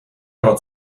pro